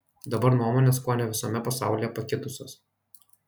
dabar nuomonės kuone visame pasaulyje pakitusios